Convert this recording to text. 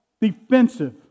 defensive